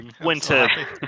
winter